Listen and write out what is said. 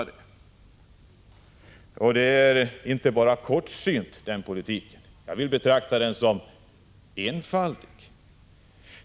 Den politiken är inte bara kortsynt — jag vill betrakta den som enfaldig.